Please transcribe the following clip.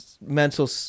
mental